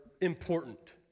important